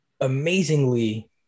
amazingly